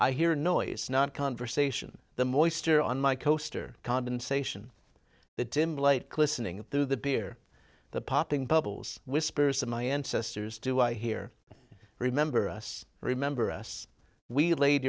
i hear noise not conversation the moisture on my coaster condensation the dim light clisson ing through the beer the popping bubbles whispers to my ancestors do i hear you remember us remember us we laid